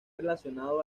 relacionado